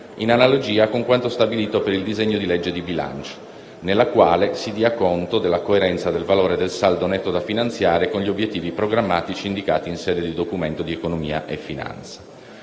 in analogia con quanto stabilito per il disegno di legge di bilancio, nella quale si dia conto della coerenza del valore del saldo netto da finanziare con gli obiettivi programmatici indicati in sede di Documento di economia e finanza.